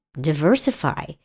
diversify